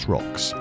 Rocks